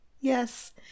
Yes